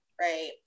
right